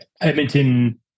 Edmonton